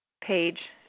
page